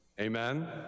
Amen